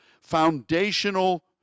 foundational